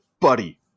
buddy